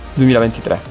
2023